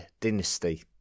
dynasty